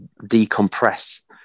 decompress